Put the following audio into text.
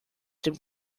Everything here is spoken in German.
dem